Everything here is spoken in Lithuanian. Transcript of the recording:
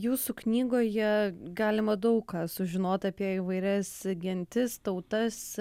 jūsų knygoje galima daug ką sužinot apie įvairias gentis tautas